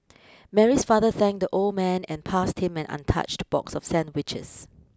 Mary's father thanked the old man and passed him an untouched box of sandwiches